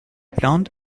plante